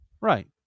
Right